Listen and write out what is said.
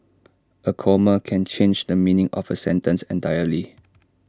A comma can change the meaning of A sentence entirely